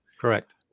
Correct